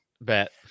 Bet